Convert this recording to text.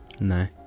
No